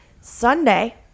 Sunday